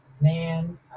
Man